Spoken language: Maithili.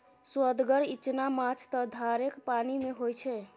सोअदगर इचना माछ त धारेक पानिमे होए छै